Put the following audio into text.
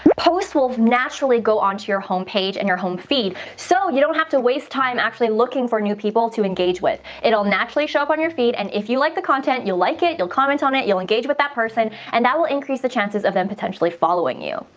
posts will naturally go onto your homepage and your home feed so you don't have to waste time actually looking for new people to engage with. it will naturally show up on your feed and if you like the content, you'll like it, you'll comment on it, you'll engage with that person and that will increase the chances of them potentially following you.